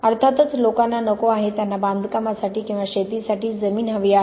अर्थातच लोकांना नको आहे त्यांना बांधकामासाठी किंवा शेतीसाठी जमीन हवी आहे